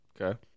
Okay